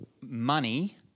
money